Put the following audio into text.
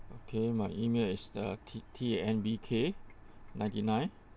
okay my email is the T A N B K ninety nine